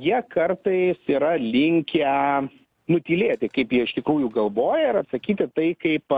jie kartais yra linkę nutylėti kaip jie iš tikrųjų galvoja ar atsakyti tai kaip